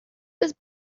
was